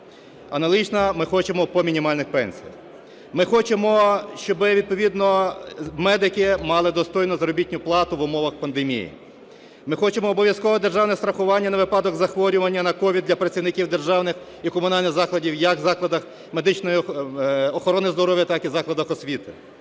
Аналогічно ми хочемо по мінімальних пенсіях. Ми хочемо, щоб відповідно медики мали достойну заробітну плату в умовах пандемії. Ми хочемо обов'язкове державне страхування на випадок захворювання на COVID для працівників державних і комунальних закладів як в закладах медичної охорони, так і закладах освіти.